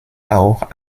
auch